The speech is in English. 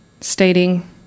stating